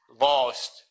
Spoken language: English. lost